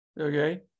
okay